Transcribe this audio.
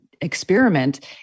experiment